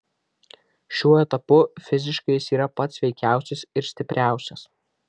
šiuo etapu fiziškai jis yra pats sveikiausias ir stipriausias